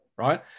right